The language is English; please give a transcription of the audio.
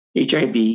HIV